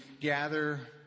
gather